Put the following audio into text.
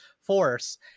force